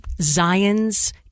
Zion's